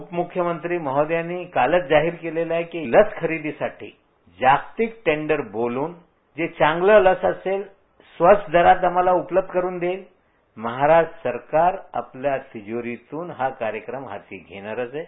उपमुख्यमंत्री महोदयांनी कालच जाहीर केलेलं आहे की लस खरेदीसाठी जागतिक टेंडर बोलावून जी चांगली लस असेल स्वस्त दरात आम्हाला उपलब्ध करुन देईल महाराष्ट्र सरकार आपल्या तिजारीतून हा कार्यक्रम हाती घेणारच आहे